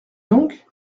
donc